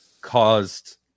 caused